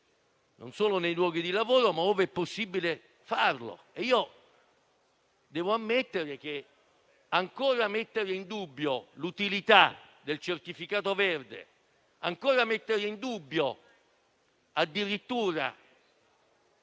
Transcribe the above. non solo nei luoghi di lavoro, ma ove è possibile farlo. Devo ammettere che mettere ancora in dubbio l'utilità del certificato verde; mettere ancora in dubbio addirittura